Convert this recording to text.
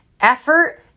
effort